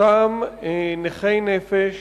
אותם נכי נפש